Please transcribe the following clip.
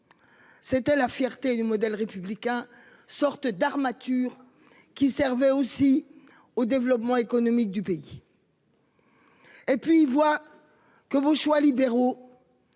étaient fiers du modèle républicain, cette sorte d'armature qui servait aussi au développement économique du pays. Or ils constatent que vos choix libéraux